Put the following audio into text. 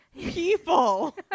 People